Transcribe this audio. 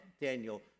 Daniel